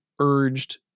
urged